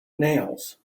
nails